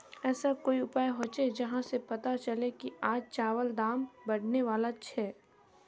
ऐसा कोई उपाय होचे जहा से पता चले की आज चावल दाम बढ़ने बला छे?